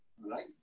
right